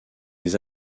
les